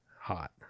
hot